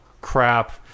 crap